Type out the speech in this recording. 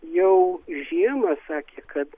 jau žiemą sakė kad